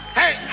hey